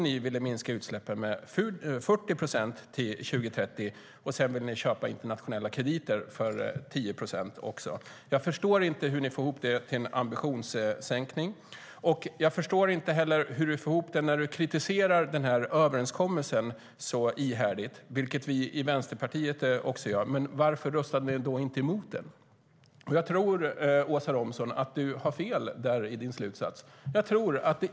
Ni ville minska utsläppen med 40 procent till 2030. Sedan ville ni köpa internationella krediter för 10 procent också. Jag förstår inte hur ni får ihop det till en ambitionssänkning. Jag förstår inte heller hur du får ihop det när du kritiserar överenskommelsen så ihärdigt, vilket vi i Vänsterpartiet också gör. Varför röstade ni då inte emot den? Jag tror att du har fel i din slutsats, Åsa Romson.